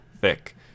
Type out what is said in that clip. thick